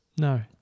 No